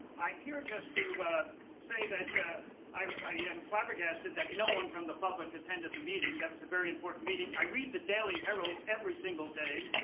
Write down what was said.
i'm here just to say that i am flabbergasted that no one from the public attended the meeting. that was a very important meeting. i read the daily herald every single day.